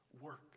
work